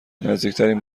نزدیکترین